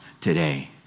Today